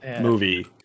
movie